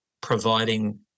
providing